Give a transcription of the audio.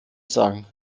sagen